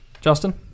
Justin